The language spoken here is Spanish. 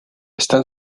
están